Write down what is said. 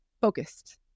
focused